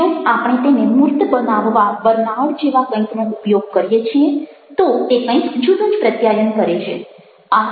જો આપણે તેને મૂર્ત બનાવવા બર્નાર્ડ જેવા કંઈકનો ઉપયોગ કરીએ છીએ તો તે કંઈક જુદું જ પ્રત્યાયન કરે છે